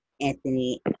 Anthony